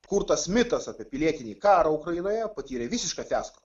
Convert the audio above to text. kurtas mitas apie pilietinį karą ukrainoje patyrė visišką fiasko